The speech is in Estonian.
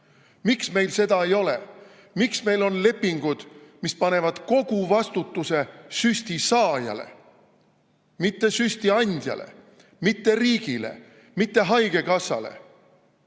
Miks meil seda ei ole? Miks meil on lepingud, mis panevad kogu vastutuse süsti saajale, mitte süsti andjale, mitte riigile, mitte haigekassale?